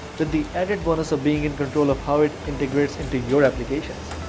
with the added bonus of being in control of how it integrates into your applications.